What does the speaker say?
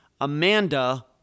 Amanda